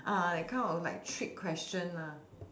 uh that kind of like trick question lah